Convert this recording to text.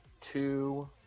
two